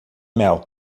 mel